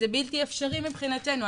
זה בלתי אפשרי מבחינתנו.